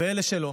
ואלה שלא,